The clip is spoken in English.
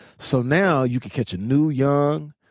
so now, you can catch a new young.